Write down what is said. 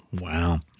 Wow